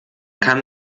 kann